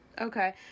Okay